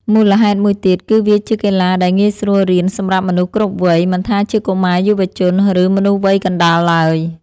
មូលហេតុមួយទៀត គឺវាជាកីឡាដែលងាយស្រួលរៀនសម្រាប់មនុស្សគ្រប់វ័យ មិនថាជាកុមារ យុវជន ឬមនុស្សវ័យកណ្ដាលឡើយ។